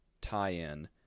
tie-in